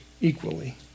equally